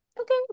Okay